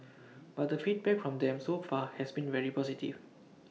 but the feedback from them so far has been very positive